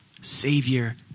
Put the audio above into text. savior